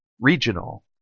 regional